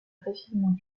facilement